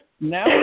Now